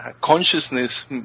consciousness